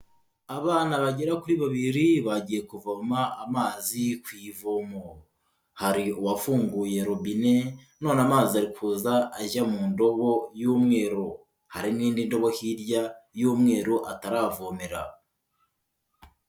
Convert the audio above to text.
Abana bagera kuri babiri bagiye kuvoma amazi ku ivomo, hari uwafunguye robine none amazi ari kuza ajya mu ndobo y'umweru, hari n'indi ndobo hirya y'umweru ataravomera.